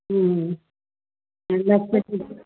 ऐं लक्स जी